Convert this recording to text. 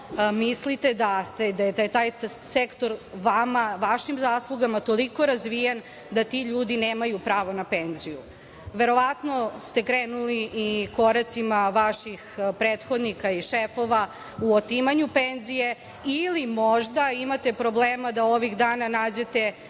mislite da je taj sektor vama, vašim zaslugama, toliko razvijen da ti ljudi nemaju pravo na penziju. Verovatno ste krenuli i koracima vaših prethodnika i šefova u otimanju penzije ili možda imate problema da ovih dana nađete